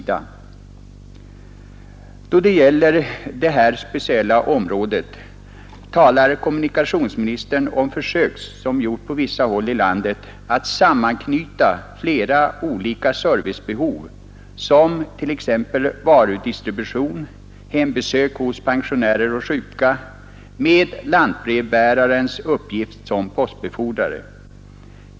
Då det gäller detta speciella område talar kommunikationsministern om försök som gjorts på vissa håll i landet att sammanknyta flera olika servicebehov, som t.ex. varudistribution, hembesök hos pensionärer och sjuka, med lantbrevbärarens uppgift som postbefordrare.